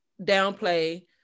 downplay